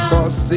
Cause